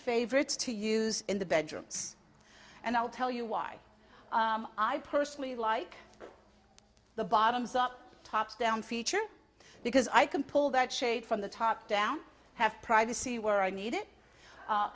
favorites to use in the bedrooms and i'll tell you why i personally like the bottoms up top down feature because i can pull that shade from the top down have privacy were i need